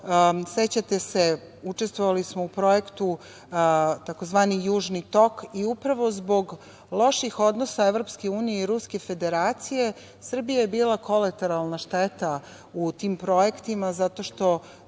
sećate se, učestvovali smo u projektu tzv. Južni tok i upravo zbog loših odnosa Evropske unije i Ruske Federacije Srbija je bila kolateralna šteta u tim projektima, zato što